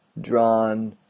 Drawn